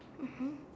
mmhmm